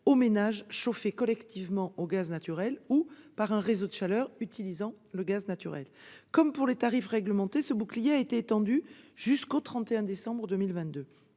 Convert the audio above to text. aux ménages chauffés collectivement au gaz naturel ou par un réseau de chaleur utilisant le gaz naturel. Comme pour les tarifs réglementés, ce bouclier a été prolongé jusqu'au 31 décembre 2022.